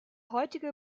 heutige